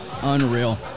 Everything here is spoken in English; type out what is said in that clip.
Unreal